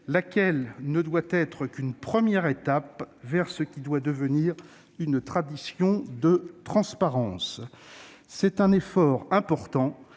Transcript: laquelle ne doit être qu'une première étape vers une tradition de transparence. C'est un effort important,